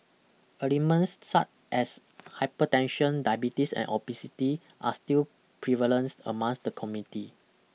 ailments such as hypertension diabetes and obesity are still prevalence among the community